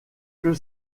que